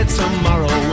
tomorrow